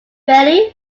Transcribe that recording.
reilly